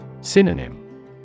Synonym